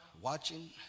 watching